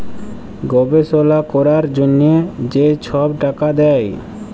গবেষলা ক্যরার জ্যনহে যে ছব টাকা দেয়